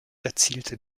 erzielte